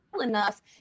enough